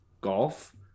golf